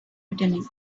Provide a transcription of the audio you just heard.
returning